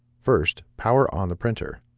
first, power on the printer.